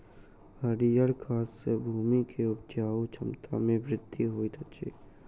हरीयर खाद सॅ भूमि के उपजाऊ क्षमता में वृद्धि होइत अछि